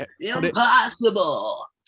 Impossible